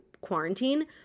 quarantine